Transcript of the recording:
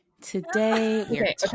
today